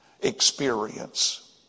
experience